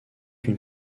une